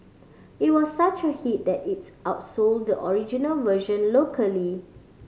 it was such a hit that it outsold the original version locally